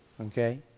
Okay